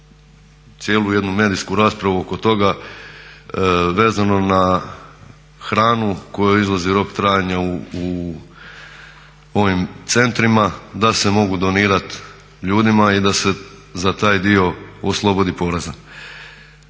cijelu jednu medijsku raspravu oko toga vezano na hranu kojoj izlazi rok trajanja u ovim centrima da se mogu donirati ljudima i da se za taj dio oslobodi poreza.